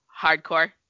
Hardcore